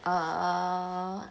err